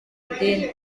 idini